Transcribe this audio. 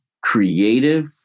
creative